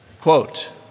Quote